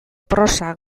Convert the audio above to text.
prosa